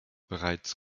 bereits